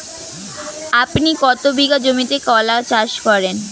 আপনি কত বিঘা জমিতে কলা চাষ করেন?